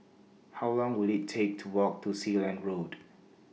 How Long Will IT Take to Walk to Sealand Road